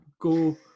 go